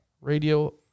radio